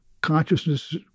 consciousness